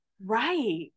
Right